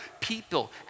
People